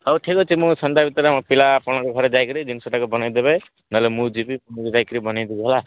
ହଉ ଠିକଅଛି ମୁଁ ସନ୍ଧ୍ୟା ଭିତରେ ଆମ ପିଲା ଆପଣଙ୍କ ଘରେ ଯାଇକରି ଜିନିଷଟାକୁ ବନେଇ ଦେବେ ନହେଲେ ମୁଁ ଯିବି ମୁଁ ଯାଇକିରି ବନେଇ ଦେବି ହେଲା